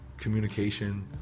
Communication